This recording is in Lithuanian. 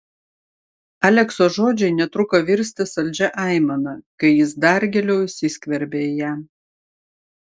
alekso žodžiai netruko virsti saldžia aimana kai jis dar giliau įsiskverbė į ją